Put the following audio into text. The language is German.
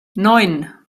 neun